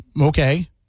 Okay